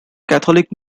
catholic